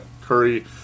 Curry